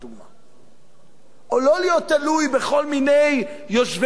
או לא להיות תלוי בכל מיני יושבי-ראש מפלגות שאתו,